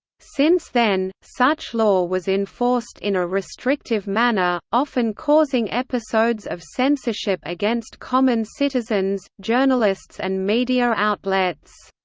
since then, such law was enforced in a restrictive manner, often causing episodes of censorship against common citizens, journalists and media outlets.